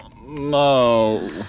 no